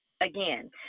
again